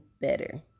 better